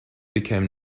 became